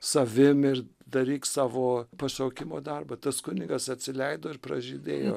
savim ir daryk savo pašaukimo darbą tas kunigas atsileido ir pražydėjo